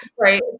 Right